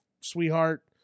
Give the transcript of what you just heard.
sweetheart